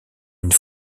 une